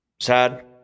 Sad